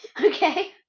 okay